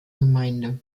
gemeinde